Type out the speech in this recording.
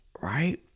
right